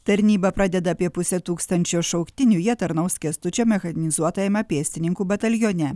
tarnybą pradeda apie pusę tūkstančio šauktinių jie tarnaus kęstučio mechanizuotajame pėstininkų batalione